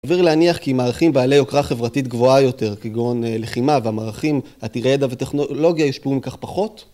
סביר להניח כי מערכים בעלי הוקרה חברתית גבוהה יותר, כגון, לחימה, והמערכים עתירי ידע וטכנולוגיה, יושפעו מכך פחות?